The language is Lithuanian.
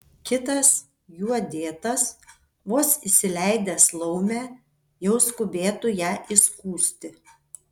kitas juo dėtas vos įsileidęs laumę jau skubėtų ją įskųsti